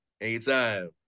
Anytime